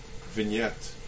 vignette